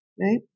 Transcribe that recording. right